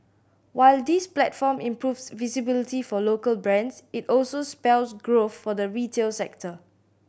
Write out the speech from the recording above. while this platform improves visibility for local brands it also spells growth for the retail sector